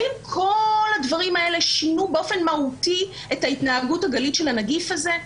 האם כל הדברים האלה שינו באופן מהותי את ההתנהגות הגלית של הנגיף הזה?